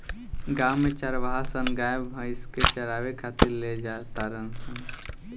गांव में चारवाहा सन गाय भइस के चारावे खातिर ले जा तारण सन